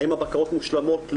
האם הבקרות מושלמות?